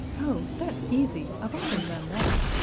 oh that's easy i've often done that!